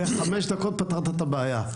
בחמש דקות פתרת את הבעיה.